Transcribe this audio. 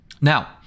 Now